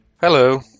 hello